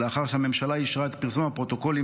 ולאחר שהממשלה אישרה את פרסום הפרוטוקולים